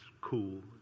cool